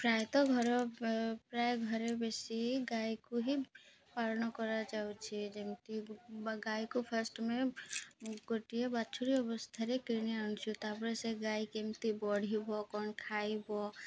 ପ୍ରାୟତଃ ଘର ପ୍ରାୟ ଘରେ ବେଶୀ ଗାଈକୁ ହିଁ ପାଳନ କରାଯାଉଛି ଯେମିତି ବା ଗାଈକୁ ଫାଷ୍ଟ୍ମେ ଗୋଟିଏ ବାଛୁୁରୀ ଅବସ୍ଥାରେ କିଣି ଆଣୁଛୁ ତା'ପରେ ସେ ଗାଈ କେମିତି ବଢ଼ିବ କ'ଣ ଖାଇବ